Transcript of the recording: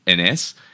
NS